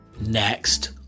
Next